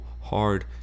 hard